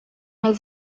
meil